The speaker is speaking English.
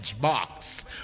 box